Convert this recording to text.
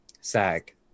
SAG